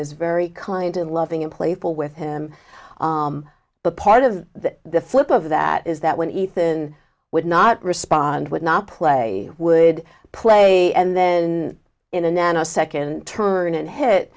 is very kind and loving and playful with him but part of the flip of that is that when ethan would not respond would not play would play and then in a nanosecond turn and hit